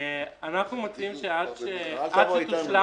אנחנו מציעים עד שתושלם